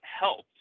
helped